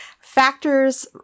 factors